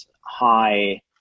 high